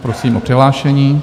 Prosím o přihlášení.